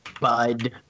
bud